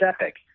epic